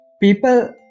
people